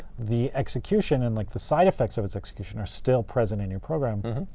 the execution and like the side effects of its execution are still present in your program.